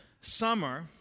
summer